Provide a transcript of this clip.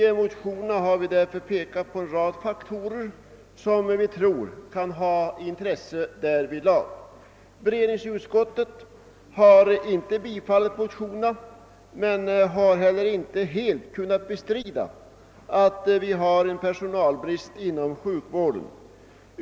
I motionerna har vi också pekat på en rad faktorer som vi tror kan ha intresse därvidlag. motionerna men har heller inte helt kunnat bestrida, att en personalbrist råder inom sjukvården.